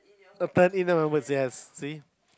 either members yes see